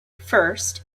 first